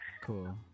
Cool